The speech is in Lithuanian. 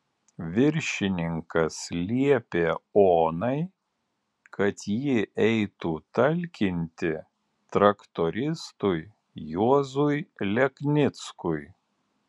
viršininkas liepė onai kad ji eitų talkinti traktoristui juozui leknickui